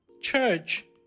church